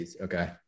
Okay